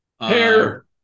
hair